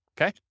Okay